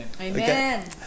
Amen